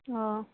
অঁ